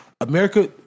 America